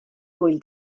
gŵyl